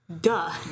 Duh